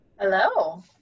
Hello